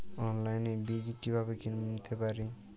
অনলাইনে বীজ কীভাবে কিনতে পারি?